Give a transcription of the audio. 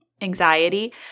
anxiety